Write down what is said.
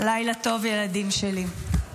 לילה טוב, ילדים שלי.